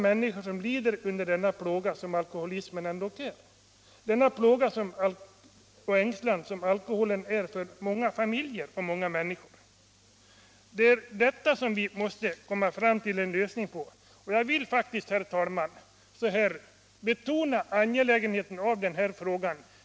Alkoholen betyder plåga och ängslan för många människor och deras familjer. Här måste vi försöka nå fram till en lösning.